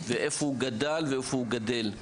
איפה הוא גדל ואיפה הוא גדל.